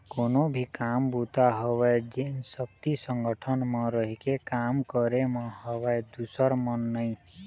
कोनो भी काम बूता होवय जेन सक्ति संगठन म रहिके काम करे म हवय दूसर म नइ